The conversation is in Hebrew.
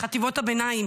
לחטיבות הביניים,